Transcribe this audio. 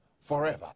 forever